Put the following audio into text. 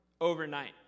overnight